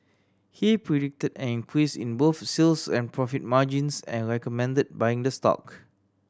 he predicted an increase in both sales and profit margins and recommended buying the stock